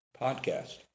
podcast